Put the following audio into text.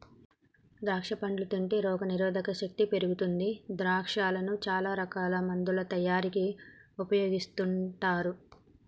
ద్రాక్షా పండ్లు తింటే రోగ నిరోధక శక్తి పెరుగుతుంది ద్రాక్షను చాల రకాల మందుల తయారీకి ఉపయోగిస్తుంటారు